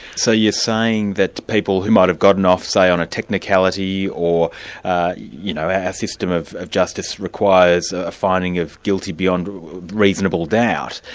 so you're saying that people who might have gotten off, say on a technicality or you know our system of of justice requires a finding of guilty beyond reasonable doubt,